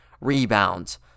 rebounds